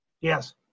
Yes